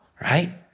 right